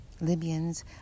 Libyans